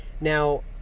Now